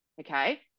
Okay